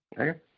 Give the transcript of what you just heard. Okay